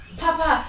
papa